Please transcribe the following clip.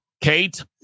Kate